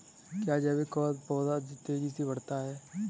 क्या जैविक खाद से पौधा तेजी से बढ़ता है?